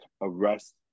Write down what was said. arrest